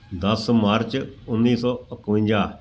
ਦਸ ਮਾਰਚ ਉੱਨੀ ਸੌ ਇੱਕਵੰਜਾ